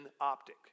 optic